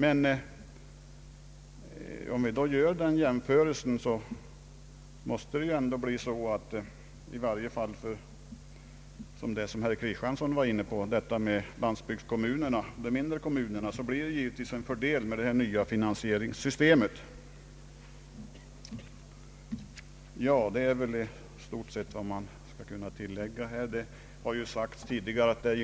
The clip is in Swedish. Men om vi jämför de båda system det här gäller, innebär det nya finansieringssystemet en fördel för de landsbygdskommuner, som herr Kristiansson talade om. Det har tidigare sagts att det